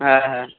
হ্যাঁ হ্যাঁ